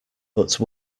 but